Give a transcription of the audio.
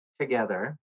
Together